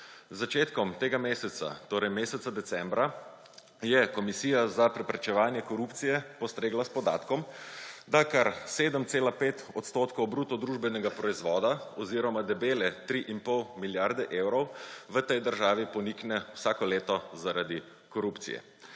začetkom tega meseca, torej meseca decembra, je Komisija za preprečevanje korupcije postregla s podatkom, da kar 7,5 % bruto družbenega proizvoda oziroma debele 3,5 milijarde evrov v tej državi ponikne vsako leto zaradi korupcije.